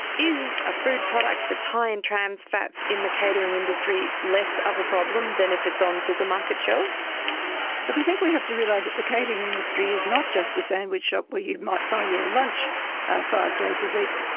is a food product that's high in trans fats in the catering industry less of a problem than if it's on supermarket shelves? look, i think we have to realise that the catering industry is not just the sandwich shop where you might buy your lunch five days a week.